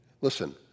listen